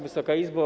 Wysoka Izbo!